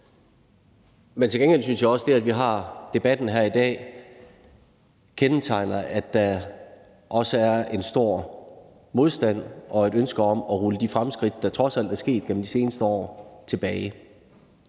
Men til gengæld synes jeg også, at det, at vi har debatten her i dag, kendetegner, at der også er en stor modstand og et ønske om at rulle de fremskridt, der trods alt er sket gennem de seneste år, tilbage.